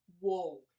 whoa